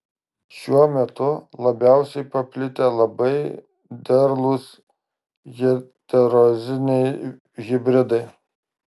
šiuo metu labiausiai paplitę labai derlūs heteroziniai hibridai